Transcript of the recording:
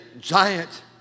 giant